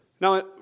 Now